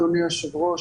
אדוני היושב ראש,